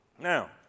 Now